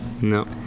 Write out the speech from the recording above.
No